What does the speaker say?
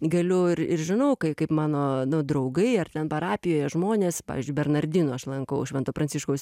galiu ir ir žinau kai kaip mano nu draugai ar ten parapijoje žmonės pavyzdžiui bernardinų aš lankau švento pranciškaus